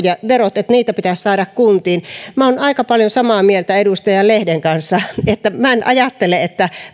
ja sen että niitä pitäisi saada kuntiin minä olen aika paljon samaa mieltä edustaja lehden kanssa eli minä en ajattele että